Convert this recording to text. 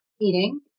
eating